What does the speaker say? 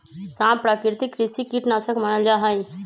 सांप प्राकृतिक कृषि कीट नाशक मानल जा हई